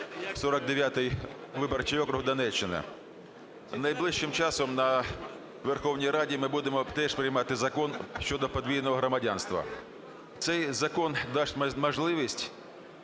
49 виборчий округ, Донеччина. Найближчим часом на Верховній Раді ми будемо теж приймати Закон щодо подвійного громадянства. Цей закон дасть можливість